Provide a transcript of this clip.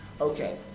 okay